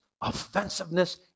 offensiveness